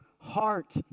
heart